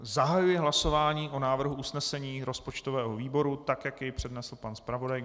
Zahajuji hlasování o návrhu usnesení rozpočtového výboru tak, jak jej přednesl pan zpravodaj.